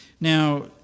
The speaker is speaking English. Now